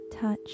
touch